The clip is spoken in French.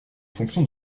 fonction